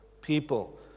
people